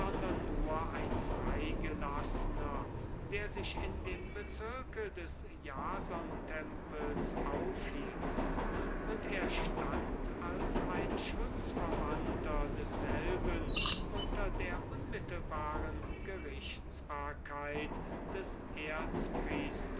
nur ein freigelassener der sich in dem bezirk des jasontempels aufhielt und er stand als ein schutzverwandter desselben unter der unmittelbaren gerichtsbarkeit des